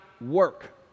work